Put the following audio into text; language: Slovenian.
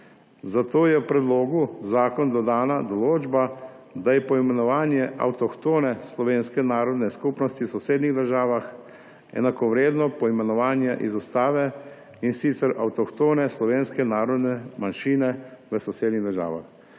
Zato je v predlogu zakona dodana določba, da je poimenovanje avtohtone slovenske narodne skupnosti v sosednjih državah enakovredno poimenovanju iz Ustave, in sicer avtohtone slovenske narodne manjšine v sosednjih državah.